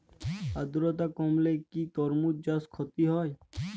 আদ্রর্তা কমলে কি তরমুজ চাষে ক্ষতি হয়?